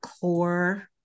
core